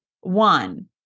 one